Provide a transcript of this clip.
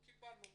לא קיבלנו.